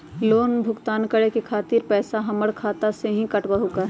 Loan भुगतान करे के खातिर पैसा हमर खाता में से ही काटबहु का?